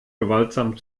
gewaltsam